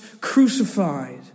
crucified